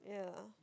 ya